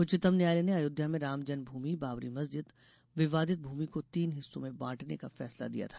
उच्च न्यायालय ने अयोध्या में रामजन्म भूमि बाबरी मस्जिद विवादित भूमि को तीन हिस्सों में बांटने का फैसला दिया था